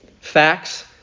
facts